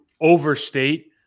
overstate